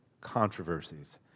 controversies